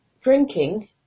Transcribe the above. drinking